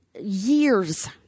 years